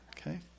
Okay